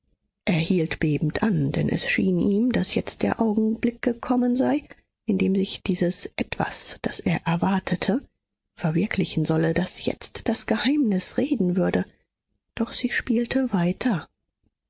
hielt bebend an denn es schien ihm daß jetzt der augenblick gekommen sei in dem sich dieses etwas das er erwartete verwirklichen solle daß jetzt das geheimnis reden würde doch sie spielte weiter